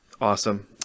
Awesome